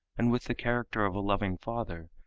and with the character of a loving father,